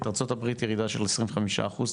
ארצות הברית ירידה של 25 אחוז,